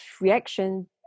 reaction